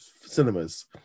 cinemas